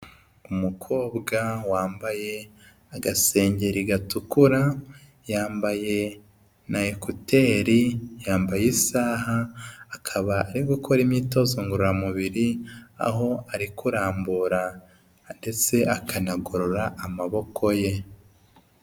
Umukobwa wambaye agasengeri gatukura, yambaye na ekuteri, yambaye isaha, akaba ari gukora imyitozo ngororamubiri, aho ari kurambura ndetse akanagorora amaboko ye.